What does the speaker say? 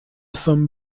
some